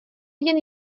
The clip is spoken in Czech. jen